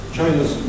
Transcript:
China's